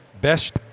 best